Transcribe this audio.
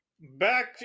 back